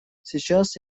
сейчас